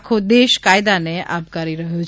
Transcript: આખો દેશ કાયદા ને આપકારી રહ્યો છે